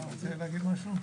אתה רוצה להגיד משהו?